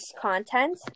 content